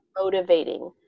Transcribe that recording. motivating